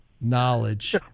Knowledge